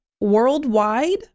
worldwide